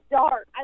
dark